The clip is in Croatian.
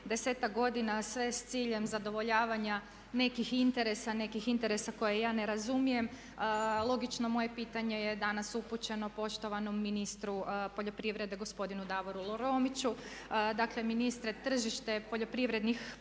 10-tak godina sve s ciljem zadovoljavanja nekih interesa, nekih interesa koje ja ne razumijem. Logično moje pitanje je danas upućeno poštovanom ministru poljoprivrede gospodinu Davoru Romiću. Dakle, ministre, tržište poljoprivrednih